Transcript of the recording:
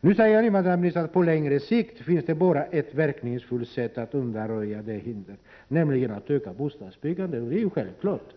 Nu säger invandrarministern att det på längre sikt bara finns ett verkningsfullt sätt att undanröja detta hinder, nämligen att öka bostadsbyggandet, och det är ju självklart.